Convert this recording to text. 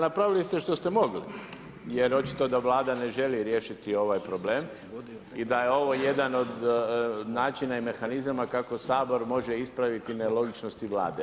Napravili ste što ste mogli jer očito da Vlada ne želi riješiti ovaj problem i da je ovo jedan od načina i mehanizama kako Sabor može ispraviti nelogičnosti Vlade.